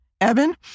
Evan